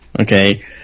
okay